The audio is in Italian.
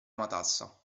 matassa